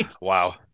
Wow